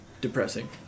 depressing